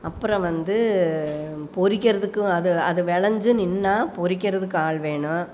அப்புறம் வந்து பறிக்கிறதுக்கு அது அது விளஞ்சி நின்றா பறிக்கிறதுக்கு ஆள் வேணும்